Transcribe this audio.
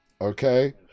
okay